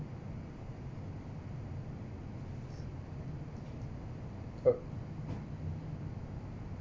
uh